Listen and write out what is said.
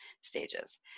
stages